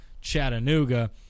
Chattanooga